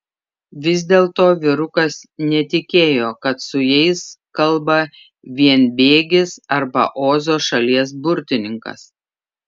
vis dėlto vyrukas netikėjo kad su jais kalba vienbėgis arba ozo šalies burtininkas